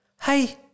Hey